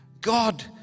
God